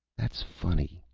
that's funny.